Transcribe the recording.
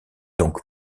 donc